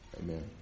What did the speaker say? amen